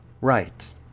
Right